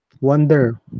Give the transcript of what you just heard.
wonder